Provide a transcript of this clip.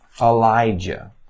Elijah